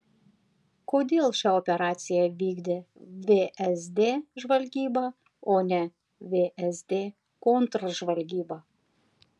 kodėl šią operaciją vykdė vsd žvalgyba o ne vsd kontržvalgyba